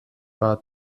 war